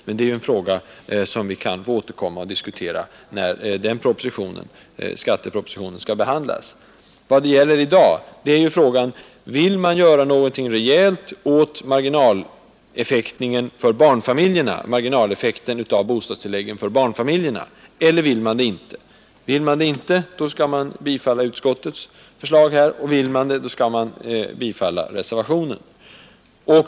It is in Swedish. Men det är en fråga som vi kan återkomma till när skattepropositionen skall behandlas. Den första frågan som det i dag gäller är: Vill man göra någonting rejält åt marginaleffekten av bostadstilläggen för barnfamiljerna eller vill man det inte? Vill man det inte skall man bifalla utskottets förslag, och vill man det skall man bifalla reservationen.